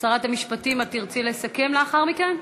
שרת המשפטים, את תרצי לסכם לאחר מכן?